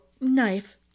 Knife